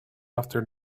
after